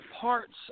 parts